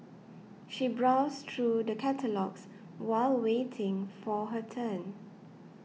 she browsed through the catalogues while waiting for her turn